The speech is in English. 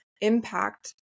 impact